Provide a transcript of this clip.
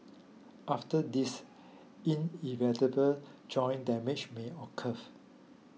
after this irreversible joint damage may occur